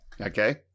Okay